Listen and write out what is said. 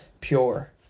pure